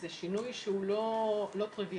זה שינוי שהוא לא טריוויאלי,